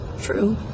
True